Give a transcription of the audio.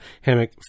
hammock